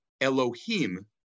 Elohim